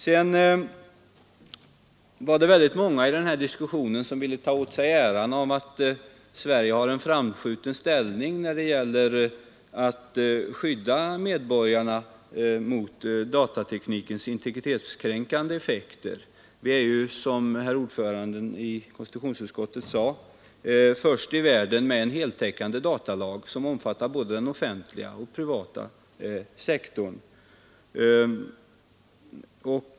Det är många som i den här diskussionen har velat ta åt sig äran av att Sverige har en framskjuten ställning när det gäller att skydda medborgarna mot datateknikens integritetskränkande effekter. Som herr ordföranden i konstitutionsutskottet sade är vi först i världen med en heltäckande datalag som omfattar både den offentliga och den privata sektorn.